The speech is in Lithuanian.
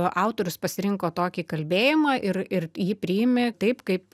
autorius pasirinko tokį kalbėjimą ir ir jį priėmė taip kaip